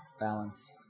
Balance